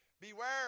Beware